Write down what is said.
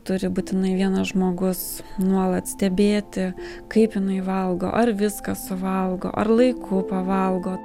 turi būtinai vienas žmogus nuolat stebėti kaip jinai valgo ar viską suvalgo ar laiku pavalgo